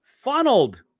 funneled